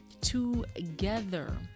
Together